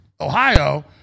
Ohio